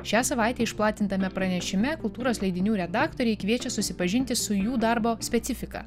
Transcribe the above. šią savaitę išplatintame pranešime kultūros leidinių redaktoriai kviečia susipažinti su jų darbo specifika